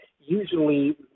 usually